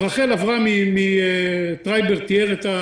רח"ל עברה מכל מיני מקומות כפי שטרייבר תיאר.